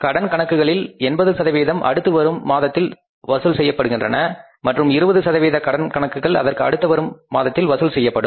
கடன் கணக்குகளில் 80 அடுத்து வரும் மாதத்தில் வசூல் செய்யப்படுகின்றன மற்றும் 20 சதவிகித கடன் கணக்குகள் அதற்கு அடுத்த மாதத்தில் வசூல் செய்யப்படும்